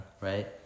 right